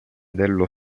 dello